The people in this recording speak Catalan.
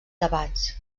debats